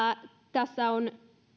tässä on